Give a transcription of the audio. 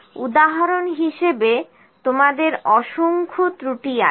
উদাহরণ হিসাবে তোমাদের অসংখ্য ত্রুটি আছে